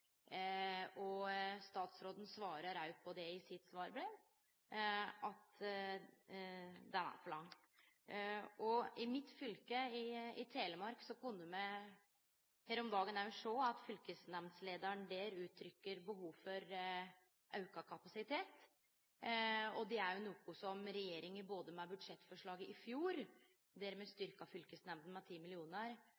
lang. Statsråden svarar òg på det i sitt svarbrev, ho er for lang. I mitt fylke, Telemark, kunne me her om dagen sjå at leiaren for fylkesnemnda der gav uttrykk for at det er behov for auka kapasitet. Det er noko som regjeringa både med budsjettforslaget i fjor, der